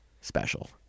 special